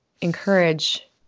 encourage